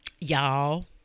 y'all